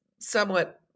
somewhat